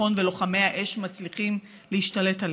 הביטחון ולוחמי האש מצליחים להשתלט עליה.